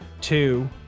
two